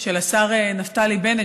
של השר נפתלי בנט,